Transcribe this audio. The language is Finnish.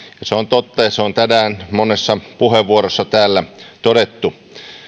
se on totta ja se on tänään monessa puheenvuorossa täällä todettu